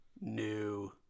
new